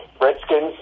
Redskins